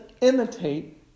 imitate